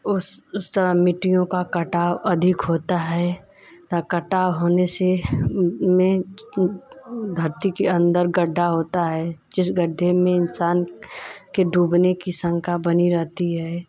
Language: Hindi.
उस उस तरह मिट्टियों का कटाव अधिक होता है कटाव होने से में धरती के अन्दर गड्ढा होता है जिस गड्ढे में इंसान के डूबने की सशंका बनी रहती है